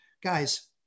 Guys